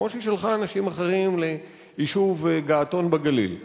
כמו שהיא שלחה אנשים אחרים ליישוב געתון בגליל,